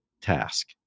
task